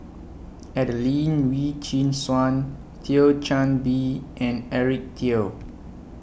Adelene Wee Chin Suan Thio Chan Bee and Eric Teo